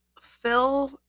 Phil